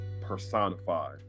personified